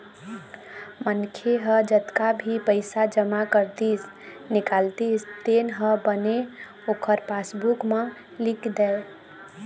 मनखे ह जतका भी पइसा जमा करतिस, निकालतिस तेन ह बने ओखर पासबूक म लिख दय